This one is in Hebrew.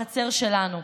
בחצר שלנו.